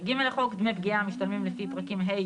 ג' לחוק; דמי פגיעה המשתלמים לפי פרקים ה',